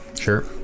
Sure